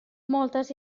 moltes